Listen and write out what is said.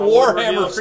Warhammer